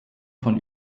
von